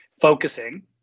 focusing